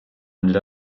ended